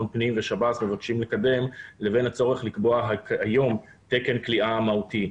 פנים ושב"ס מבקשים לקדם לבין הצורך לקבוע היום תקן כליאה מהותי.